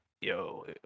yo